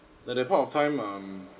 at that point of time um